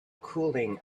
cooling